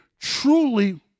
truly